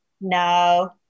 No